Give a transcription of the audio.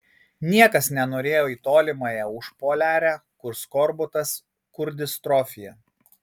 niekas nenorėjo į tolimąją užpoliarę kur skorbutas kur distrofija